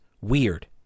weird